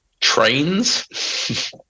Trains